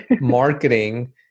marketing